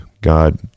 God